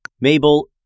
Mabel